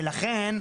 ולכן,